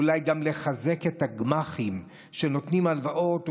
אולי גם לחזק את הגמ"חים שנותנים הלוואות,